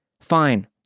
Fine